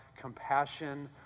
compassion